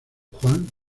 juan